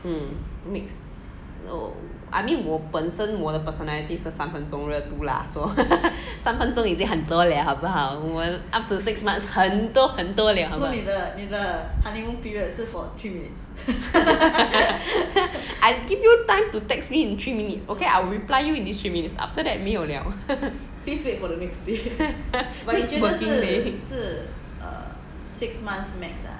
mm max oh I mean 我本身我的 personality 是三分钟热度 lah so 三分钟已经很多 liao 好不好 up to six months 很多很多 liao I give you time to text me in three minutes ok I will reply you in this three minutes after that 没有 liao